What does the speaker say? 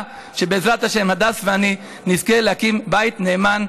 שבעזרת השם הדס ואני נזכה להקים בית נאמן,